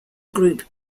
group